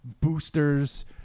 boosters